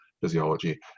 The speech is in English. physiology